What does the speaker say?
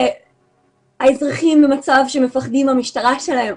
לראות אזרחים במצב שהם מפחדים מן המשטרה שלהם.